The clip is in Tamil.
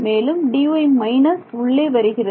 மேலும் உள்ளே வருகிறது